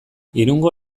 irungo